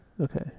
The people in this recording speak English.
Okay